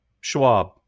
Schwab